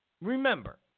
Remember